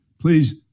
please